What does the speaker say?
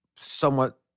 somewhat